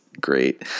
great